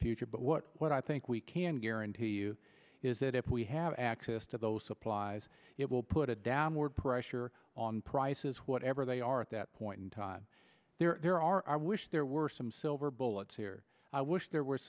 future but what what i think we can guarantee you is that if we have access to those supplies it will put a downward pressure on prices whatever they are at that point in time there our wish there were some silver bullets here i wish there w